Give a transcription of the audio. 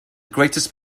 greatest